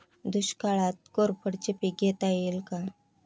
दुष्काळात कोरफडचे पीक घेता येईल का?